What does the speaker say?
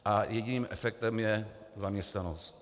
A jediným efektem je zaměstnanost.